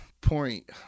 Point